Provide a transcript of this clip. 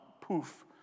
poof